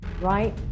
right